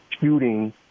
shooting